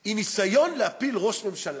היא ניסיון להפיל ראש ממשלה.